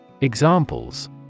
examples